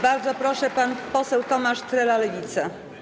Bardzo proszę, pan poseł Tomasz Trela, Lewica.